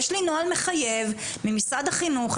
יש לי נוהל מחייב ממשרד החינוך,